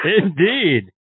Indeed